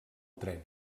tren